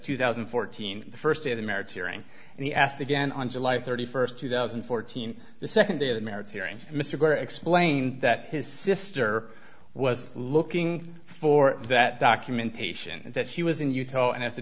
two thousand and fourteen the first day of the marriage hearing and he asked again on july thirty first two thousand and fourteen the second day of the merits hearing mr blair explained that his sister was looking for that documentation that she was in utah and if the